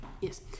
Yes